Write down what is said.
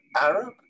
Arab